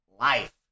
life